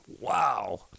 wow